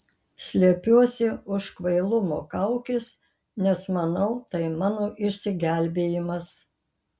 slepiuosi už kvailumo kaukės nes manau tai mano išsigelbėjimas